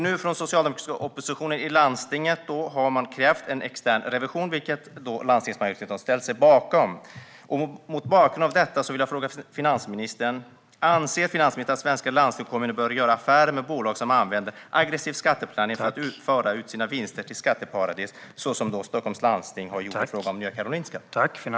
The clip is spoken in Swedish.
Nu har den socialdemokratiska oppositionen i landstinget krävt en extern revision, vilket landstingsmajoriteten har ställt sig bakom. Mot bakgrund av detta vill jag fråga finansministern om hon anser att svenska landsting och kommuner bör göra affärer med bolag som använder aggressiv skatteplanering för att föra ut sina vinster till skatteparadis, som Stockholms läns landsting har gjort i fråga om Nya Karolinska.